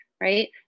right